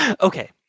Okay